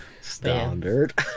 Standard